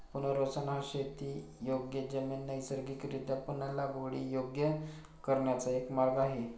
पुनर्वसन हा शेतीयोग्य जमीन नैसर्गिकरीत्या पुन्हा लागवडीयोग्य करण्याचा एक मार्ग आहे